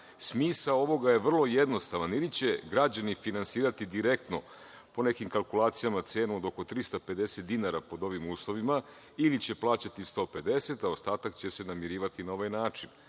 ovoga je vrlo jednostavan, ili će građani finansirati direktno, po nekim kalkulacijama, cenu od oko 350 dinara pod ovim uslovima ili će plaćati 150, a ostatak će se namirivati na ovaj način.